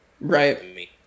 Right